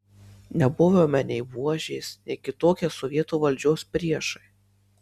nebuvome nei buožės nei kitokie sovietų valdžios priešai